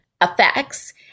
effects